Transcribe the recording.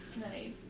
Nice